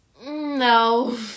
No